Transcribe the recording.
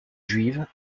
juive